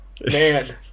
man